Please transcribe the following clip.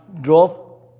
drove